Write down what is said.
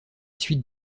suite